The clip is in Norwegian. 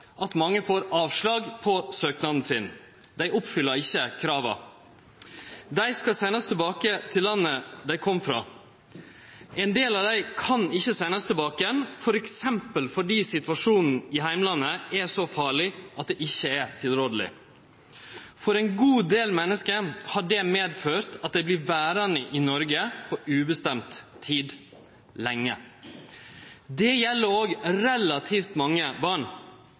at mange får avslag på søknaden sin – dei oppfyller ikkje krava. Dei skal sendast tilbake til landet dei kom frå. Ein del av dei kan ikkje sendast tilbake, t.d. fordi situasjonen i heimlandet er så farleg at det ikkje er tilrådeleg. For ein god del menneske har det ført til at dei vert verande i Noreg på ubestemt tid – det vil seie lenge. Det gjeld òg relativt mange barn.